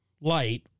Light